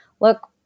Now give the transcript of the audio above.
look